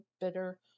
bitter